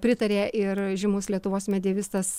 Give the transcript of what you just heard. pritarė ir žymus lietuvos medievistas